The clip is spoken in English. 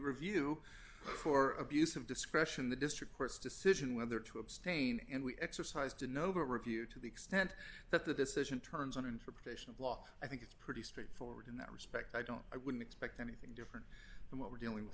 review for abuse of discretion the district court's decision whether to abstain and we exercised a noble review to the extent that the decision turns on interpretation of law i think it's pretty straightforward in that respect i don't i wouldn't expect anything different from what we're dealing with